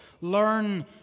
Learn